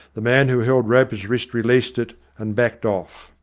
the man who held roper's wrist released it and backed off.